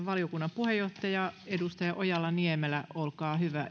valiokunnan puheenjohtaja edustaja ojala niemelä esittelypuheenvuoro olkaa hyvä